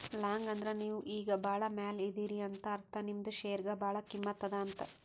long ಅಂದುರ್ ನೀವು ಈಗ ಭಾಳ ಮ್ಯಾಲ ಇದೀರಿ ಅಂತ ಅರ್ಥ ನಿಮ್ದು ಶೇರ್ಗ ಭಾಳ ಕಿಮ್ಮತ್ ಅದಾ ಅಂತ್